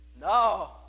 no